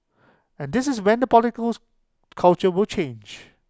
and this is when the culture will change